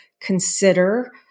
consider